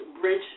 Bridge